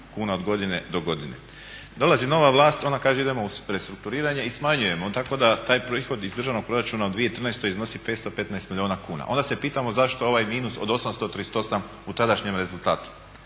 kuna od godine do godine. Dolazi nova vlast, ona kaže idemo u restrukturiranje i smanjujemo tako da taj prihod iz državnog proračuna u 2013.iznosi 515 milijuna kuna. onda se pitamo zašto ovaj minus od 838 u tadašnjem rezultatu.